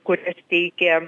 kurias teikė